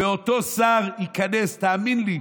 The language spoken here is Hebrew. ואותו שר ייכנס, תאמין לי,